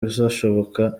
bizashoboka